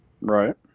Right